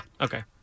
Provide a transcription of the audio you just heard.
okay